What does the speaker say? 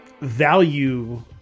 value